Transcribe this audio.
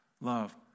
love